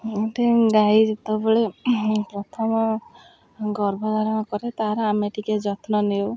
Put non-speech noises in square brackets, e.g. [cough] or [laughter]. [unintelligible] ଗାଈ ଯେତେବେଳେ ପ୍ରଥମ ଗର୍ଭଧାରଣ କରେ ତା'ର ଆମେ ଟିକେ ଯତ୍ନ ନେଉ